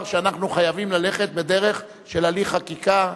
כשאנחנו חייבים ללכת בדרך של הליך חקיקה.